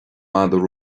madra